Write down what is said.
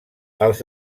els